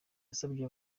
yasabye